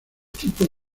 tipos